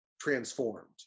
transformed